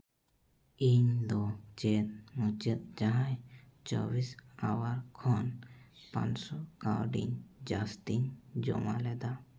ᱤᱧ ᱫᱚ ᱪᱮᱫ ᱢᱩᱪᱟᱹᱫ ᱡᱟᱦᱟᱸᱭ ᱪᱚᱵᱵᱤᱥ ᱦᱟᱣᱟᱨ ᱠᱷᱚᱱ ᱯᱟᱸᱪᱥᱚ ᱠᱟᱹᱣᱰᱤ ᱡᱟᱹᱥᱛᱤᱧ ᱡᱚᱢᱟᱞᱮᱫᱟ